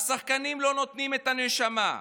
השחקנים לא נותנים את הנשמה,